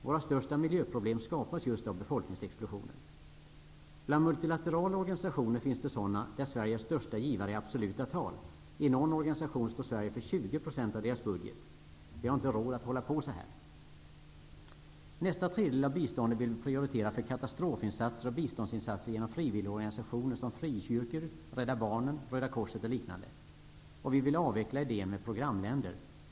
Våra största miljöproblem skapas just av befolkningsexplosionen. Bland multilaterala organisationer finns det sådana där Sverige är största givare i absoluta tal. I någon organisation står Sverige för 20 % av dess budget. Vi har inte råd att hålla på så här. Nästa tredjedel av biståndet vill vi prioritera för katastrofinsatser och biståndsinsatser genom frivilligorganisationer som frikyrkor, Rädda barnen, Röda korset och liknande. Vi vill avveckla idén med programländer.